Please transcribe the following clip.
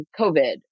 COVID